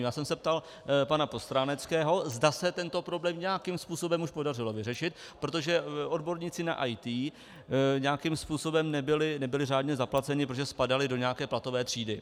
Já jsem se ptal pana Postráneckého, zda se tento problém nějakým způsobem už podařilo vyřešit, protože odborníci na IT nějakým způsobem nebyli řádně zaplaceni, protože spadali do nějaké platové třídy.